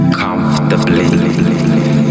comfortably